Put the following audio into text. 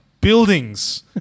buildings